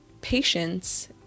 patience